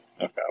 Okay